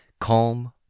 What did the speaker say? Calm